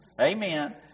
Amen